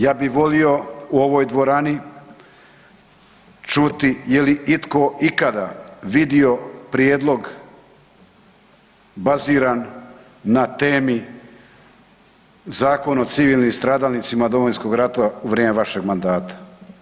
Ja bi volio u ovoj dvorani čuti je li itko ikada vidio prijedlog baziran na temi Zakon o civilnim stradalnicima Domovinskog rata u vrijeme vašeg mandata.